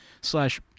slash